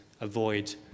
avoid